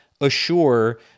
assure